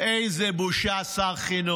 איזו בושה, שר החינוך.